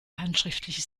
handschriftliche